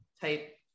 type